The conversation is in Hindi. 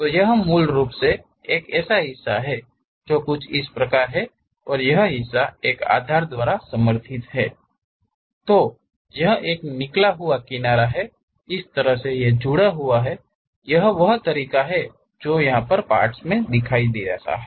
तो यह मूल रूप से एक हिस्सा जैसा कुछ है और वह हिस्सा एक आधार द्वारा समर्थित है और यह एक निकला हुआ किनारा इस तरह से जुड़ा हुआ है यह वह तरीका है जो पार्ट्सजैसा दिखता है